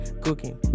Cooking